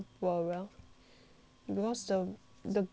because the the gap we need to